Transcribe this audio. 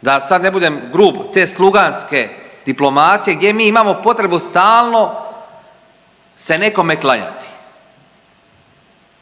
da sad ne budem grub, te sluganske diplomacije gdje mi imamo potrebu stalno se nekome klanjati